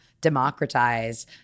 democratize